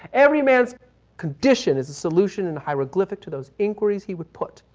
every man's condition is a solution and hieroglyphic to those inquires he would put.